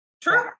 True